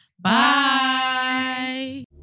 Bye